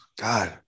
God